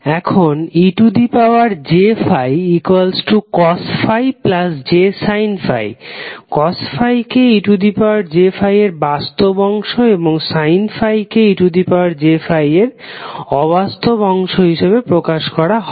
এখন ej∅∅ j∅ ∅ কে ej∅ এর বাস্তব অংশ এবং sin ∅ কে ej∅ এর অবাস্তব অংশ হিসাবে প্রকাশ করা হয়